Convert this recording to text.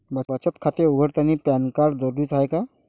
बचत खाते उघडतानी पॅन कार्ड जरुरीच हाय का?